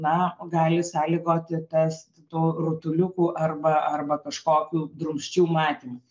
na gali sąlygoti tas rutuliukų arba arba kažkokiu drumsčiu matymu